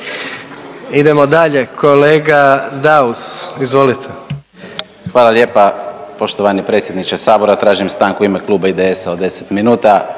Idemo dalje kolega Daus, izvolite. **Daus, Emil (IDS)** Hvala lijepa. Poštovani predsjedniče Sabora, tražim stanku u ime kluba IDS-a od 10 minuta